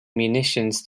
munitions